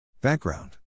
Background